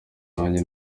nanjye